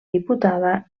diputada